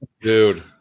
Dude